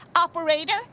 Operator